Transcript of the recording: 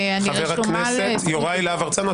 חבר הכנסת יוראי להב הרצנו,